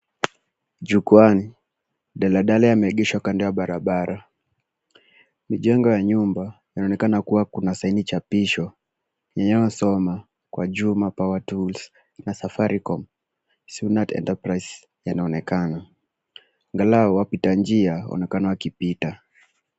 Jukuani daladala imeegeswa kando ya barabara. Ni jengo ya nyumba inaonekana kuwa kuna sign chapisho inaosoma kwa juu power tool Safiricom Sunat Enterprise yanaonekana, angalau wapita njia waonekane wakipita.